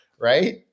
Right